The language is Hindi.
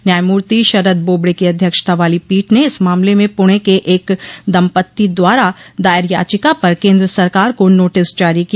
न्याायमूर्ति शरद बाबड़े की अध्यक्षता वाली पीठ ने इस मामले में प्णे के एक दम्पति द्वारा दायर याचिका पर केन्द्र सरकार को नोटिस जारी किया